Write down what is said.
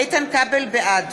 בעד